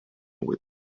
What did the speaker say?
with